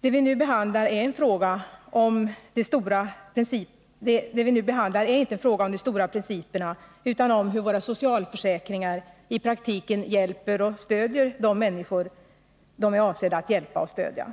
Det vi nu behandlar är inte en fråga om de stora principerna utan om hur våra socialförsäkringar i 4 Riksdagens protokoll 1981/82:17-19 praktiken hjälper och stödjer de människor de är avsedda att hjälpa och stödja.